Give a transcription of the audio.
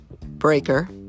Breaker